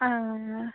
ആ